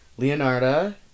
Leonarda